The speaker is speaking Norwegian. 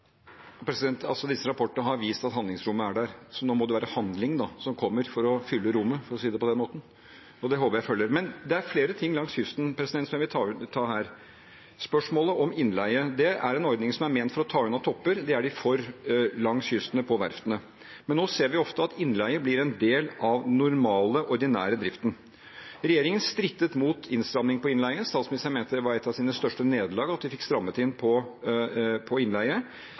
fylle rommet, for å si det på den måten, og det håper jeg følger med. Det er flere ting langs kysten som jeg vil ta opp her. Spørsmålet om innleie: Det er en ordning som er ment for å ta unna topper. Det er de for langs kysten og på verftene, men nå ser vi ofte at innleie blir en del av den normale, ordinære driften. Regjeringen strittet imot innstramninger på innleie. Statsministeren mente det var et av hennes største nederlag at vi fikk strammet inn på innleie.